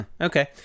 okay